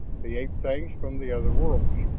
the ape-things from the other worlds!